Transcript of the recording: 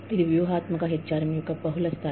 ఇది వ్యూహాత్మక HRM యొక్క బహుళస్థాయి